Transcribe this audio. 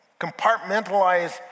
compartmentalize